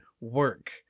work